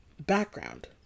background